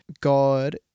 God